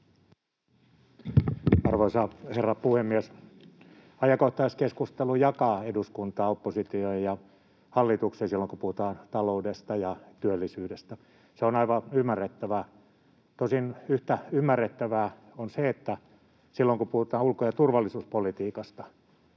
Arvoisa herra puhemies! Ajankohtaiskeskustelu jakaa eduskuntaa oppositioon ja hallitukseen silloin, kun puhutaan taloudesta ja työllisyydestä. Se on aivan ymmärrettävää. Tosin yhtä ymmärrettävää on se, että silloin kun puhutaan ulko- ja turvallisuuspolitiikasta,